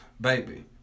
baby